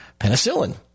penicillin